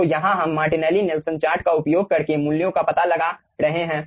तो यहाँ हम मार्टिनेली नेल्सन चार्ट का उपयोग करके मूल्यों का पता लगा रहे हैं